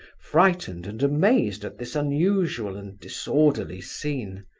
frightened and amazed at this unusual and disorderly scene.